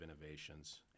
innovations